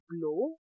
blow